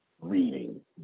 reading